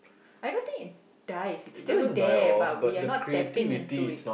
I don't think it dies it still there but we are not tapping into it